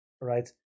Right